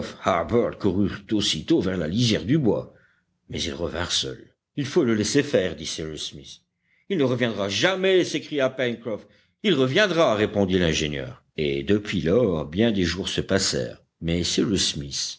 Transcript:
aussitôt vers la lisière du bois mais ils revinrent seuls il faut le laisser faire dit cyrus smith il ne reviendra jamais s'écria pencroff il reviendra répondit l'ingénieur et depuis lors bien des jours se passèrent mais cyrus smith